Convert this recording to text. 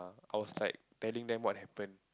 I was like telling them what happened